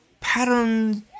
patterns